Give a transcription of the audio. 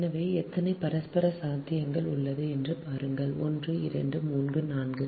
எனவே எத்தனை பரஸ்பர சாத்தியங்கள் உள்ளன என்று பாருங்கள் 1 2 3 4